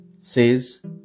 says